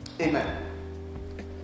Amen